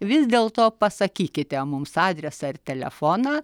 vis dėlto pasakykite mums adresą ir telefoną